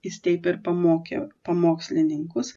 jis taip ir pamokė pamokslininkus